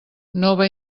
nova